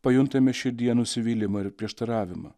pajuntame širdyje nusivylimą ir prieštaravimą